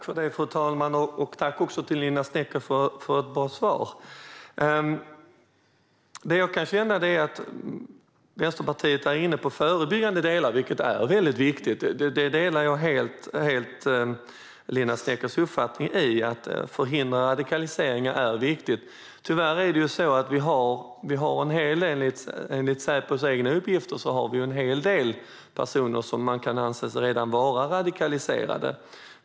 Fru talman! Tack, Linda Snecker, för ett bra svar! Vänsterpartiet är inne på de förebyggande delarna, vilka är väldigt viktiga. Jag delar helt Linda Sneckers uppfattning att det är viktigt att förhindra radikalisering. Tyvärr har vi enligt Säpos egna uppgifter en hel del personer som kan anses redan vara radikaliserade.